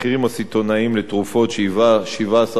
שהיווה 17% מהמדד הכולל,